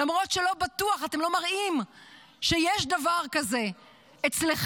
למרות שלא בטוח, אתם לא מראים שיש דבר כזה אצלכם.